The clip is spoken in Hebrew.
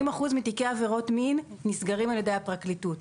80% מתיקי עבירות המין נסגרים על ידי הפרקליטות.